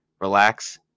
relax